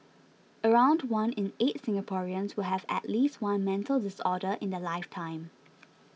around one in eight Singaporeans will have at least one mental disorder in their lifetime